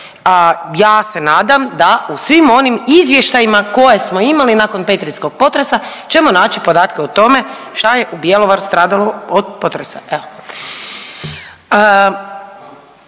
ja se nadam da u svim onim izvještajima koje smo imali nakon petrinjskog potresa ćemo naći podatke o tome što je u Bjelovaru stradalo od potresa.